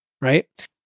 Right